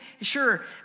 sure